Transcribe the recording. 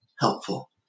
helpful